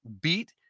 beat